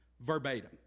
verbatim